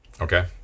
Okay